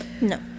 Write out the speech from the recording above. No